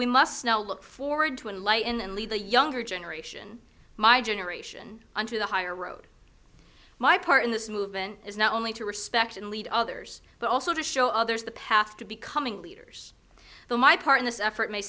we must now look forward to enlighten and lead the younger generation my generation onto the higher road my part in this movement is not only to respect and lead others but also to show others the path to becoming leaders though my part in this effort may